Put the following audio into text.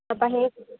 তাৰপৰা সেই